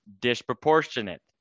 disproportionate